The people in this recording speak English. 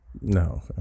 No